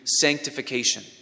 sanctification